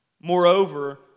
Moreover